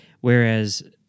Whereas